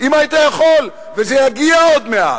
אם היית יכול, וזה יגיע עוד מעט.